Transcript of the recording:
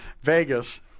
Vegas